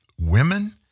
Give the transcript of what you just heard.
women